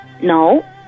No